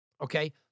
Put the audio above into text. Okay